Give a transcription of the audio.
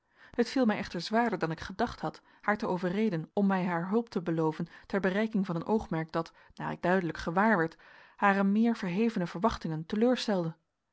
het viel mij echter zwaarder dan ik gedacht had haar te overreden om mij haar hulp te beloven ter bereiking van een oogmerk dat naar ik duidelijk gewaar werd hare meer verhevene verwachtingen teleurstelde